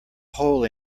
hole